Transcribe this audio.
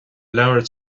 labhair